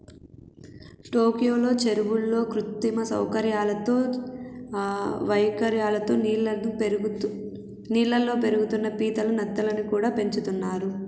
ట్యాంకుల్లో, చెరువుల్లో కృత్రిమ సౌకర్యాలతో వేర్వేరు నీళ్ళల్లో పెరిగే పీతలు, నత్తల్ని కూడా పెంచుతున్నారు